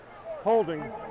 Holding